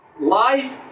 Life